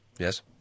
Yes